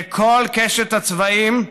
לכל קשת הצבעים,